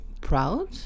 proud